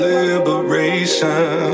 liberation